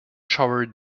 showered